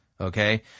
Okay